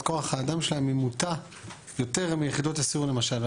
כוח האדם שלהם היא מוטה יותר מיחידות הסיור למשל,